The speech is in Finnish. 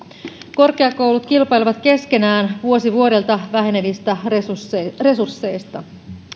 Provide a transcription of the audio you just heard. korkeakoulut kilpailevat keskenään vuosi vuodelta vähenevistä resursseista resursseista